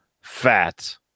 fat